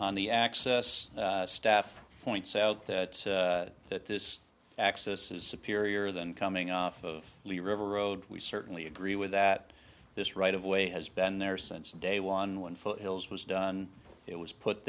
on the access staff points out that that this access is appear your than coming off of the river road we certainly agree with that this right of way has been there since day one when foothills was done it was put